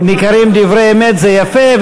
ניכרים דברי אמת זה יפה,